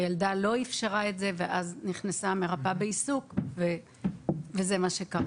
הילדה לא אפשרה את זה ואז נכנסה המרפאה בעיסוק וזה מה שקרה.